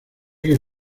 que